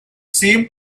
seemed